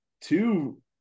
two